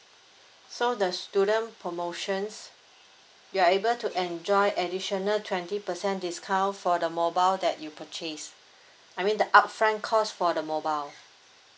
so the student promotions you are able to enjoy additional twenty percent discount for the mobile that you purchase I mean the upfront cost for the mobile